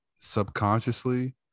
subconsciously